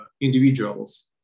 individuals